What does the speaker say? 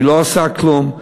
היא לא עושה כלום,